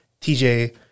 TJ